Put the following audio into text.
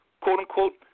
quote-unquote